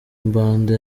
mbanda